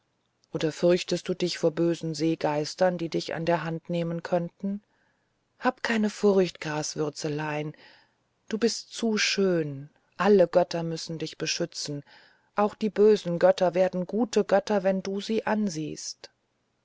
oder fürchtest du dich vor bösen seegeistern daß sie dich an der hand nehmen könnten hab keine furcht graswürzelein du bist zu schön alle götter müssen dich beschützen auch die bösen götter werden gute götter wenn du sie ansiehst